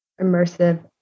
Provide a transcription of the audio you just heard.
immersive